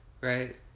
Right